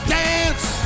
dance